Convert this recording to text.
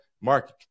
Mark